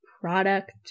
product